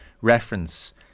reference